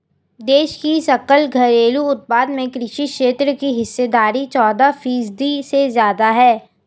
देश की सकल घरेलू उत्पाद में कृषि क्षेत्र की हिस्सेदारी चौदह फीसदी से ज्यादा है